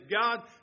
God